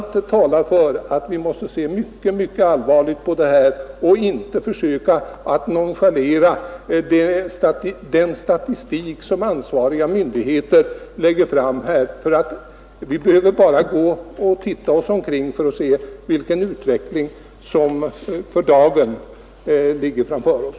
Allt talar för att vi måste se mycket allvarligt på dessa frågor och inte får nonchalera den statistik som ansvariga myndigheter har presenterat. Vi behöver bara se oss omkring för att upptäcka vilken utveckling som ligger framför oss.